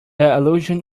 allusion